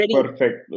perfect